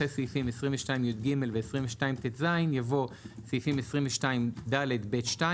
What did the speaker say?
אחרי סעיפים "22יג ו-22טז" יבוא "סעיפים 22ד(ב)(2),